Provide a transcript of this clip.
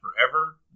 forever